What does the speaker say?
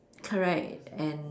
correct and